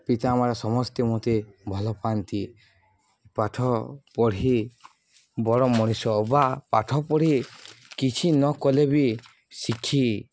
ପିତା ସମସ୍ତେ ମୋତେ ଭଲ ପାଆନ୍ତି ପାଠ ପଢ଼ି ବଡ଼ ମଣିଷ ବା ପାଠ ପଢ଼ି କିଛି ନକଲେ ବି ଶିଖି